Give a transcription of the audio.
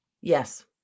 yes